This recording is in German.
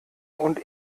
und